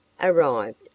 arrived